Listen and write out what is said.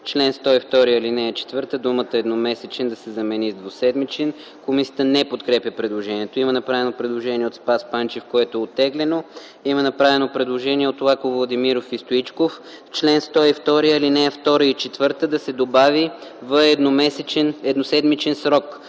чл. 102, ал. 4 думата „едномесечен” да се замени с „двуседмичен”.” Комисията не подкрепя предложението. Има направено предложение от Спас Панчев, което е оттеглено. Има направено предложение от Лаков, Владимиров и Стоичков: „В чл. 102, ал. 2 и 4 да се добави „в едноседмичен срок”.”